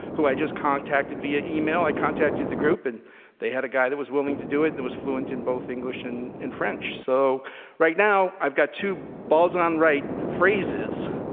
who i just contacted via email. i contacted the group and they had a guy that was willing to do it that was fluent in both english and french, so right now i've got two balls-on right phrases,